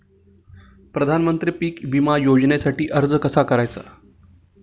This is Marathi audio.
प्रधानमंत्री पीक विमा योजनेसाठी अर्ज कसा करायचा?